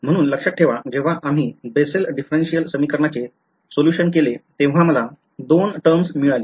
म्हणून लक्षात ठेवा जेव्हा आम्ही बेसल डिफरेंशियल समीकरणाचे सोल्युशन केले तेव्हा मला दोन टर्म मिळाली